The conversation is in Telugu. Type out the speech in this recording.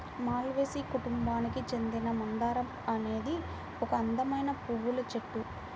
మాల్వేసి కుటుంబానికి చెందిన మందారం అనేది ఒక అందమైన పువ్వుల చెట్టు